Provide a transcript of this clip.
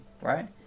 right